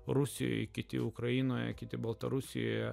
rusijoje kiti ukrainoje kiti baltarusijoje